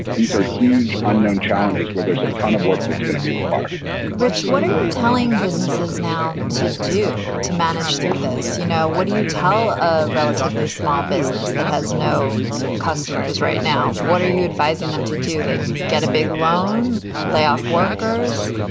these are huge unknown challenges where there's a ton of work that's gonna be required rich, what are you telling businesses now to do to manage through this? you know, what do you tell a relatively small business that has no customers right now? what are you advising them to do? they get a big loan, lay off workers.